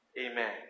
Amen